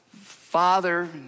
father